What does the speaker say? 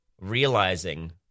realizing